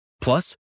Plus